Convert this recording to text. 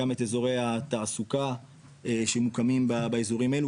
גם את אזורי התעסוקה שמוקמים באזורים אלה,